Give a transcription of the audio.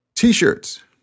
T-shirts